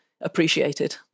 Appreciated